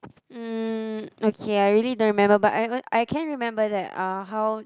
um okay I really don't remember but I on~ I can remember that uh how